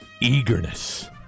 eagerness